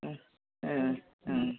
അ ആ ആ